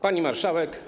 Pani Marszałek!